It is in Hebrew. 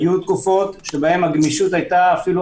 היו תקופות שבהן הגמישות הייתה אפילו